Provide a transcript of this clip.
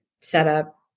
setup